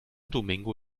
domingo